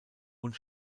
und